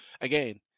again